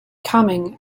coming